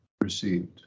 received